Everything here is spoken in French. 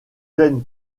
gêne